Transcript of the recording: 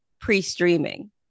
pre-streaming